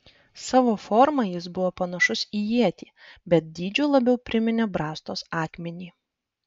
savo forma jis buvo panašus į ietį bet dydžiu labiau priminė brastos akmenį